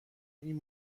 این